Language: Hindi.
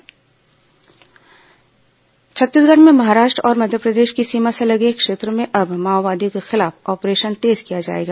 माओवाद बैठक छत्तीसगढ़ में महाराष्ट्र और मध्यप्रदेश की सीमा से लगे क्षेत्रों में अब माओवादियों के खिलाफ ऑपरेशन तेज किया जाएगा